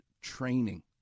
training